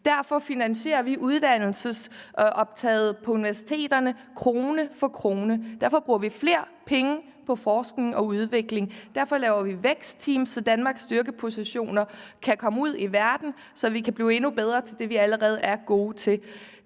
Derfor finansierer vi meroptaget på universiteterne krone for krone. Derfor bruger vi flere penge på forskning og udvikling. Derfor laver vi vækstteams, så Danmarks styrkepositioner kan komme ud i verden, og vi kan blive endnu bedre til det, vi allerede er gode til.